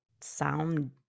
sound